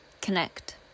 Connect